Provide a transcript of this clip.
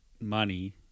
money